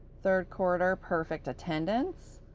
third quarter perfect attendance,